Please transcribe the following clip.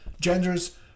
genders